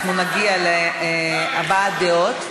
אנחנו נגיע להבעת דעות,